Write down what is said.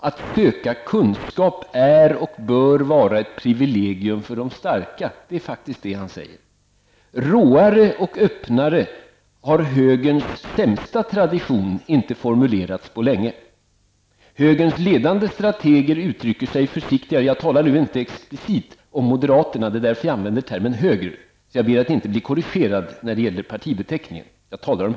Att söka kunskap är och bör vara ett privilegium för de starka!'' Råare, öppnare har högerns sämsta tradition inte formulerats på länge. Högerns ledande strateger uttrycker sig försiktigare. Jag talar inte explicit om moderaterna. Det är därför jag använder termen höger. Jag ber om att inte bli korrigerad när det gäller partibeteckning.